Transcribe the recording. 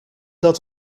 dat